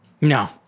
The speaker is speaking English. No